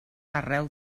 arreu